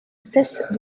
cessent